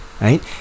right